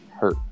hurt